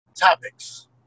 topics